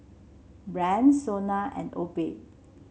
Bragg Sona and Obey